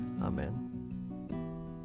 Amen